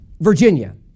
Virginia